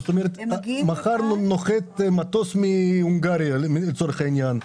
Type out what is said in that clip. מחר נוחת מטוס מהונגריה לצורך העניין,